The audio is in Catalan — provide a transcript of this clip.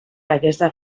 aquesta